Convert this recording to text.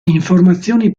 informazioni